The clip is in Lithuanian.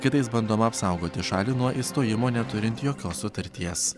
kitais bandoma apsaugoti šalį nuo išstojimo neturint jokios sutarties